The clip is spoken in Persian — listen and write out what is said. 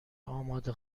آماده